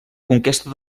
conquesta